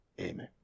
Amen